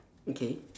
okay